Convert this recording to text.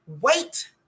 wait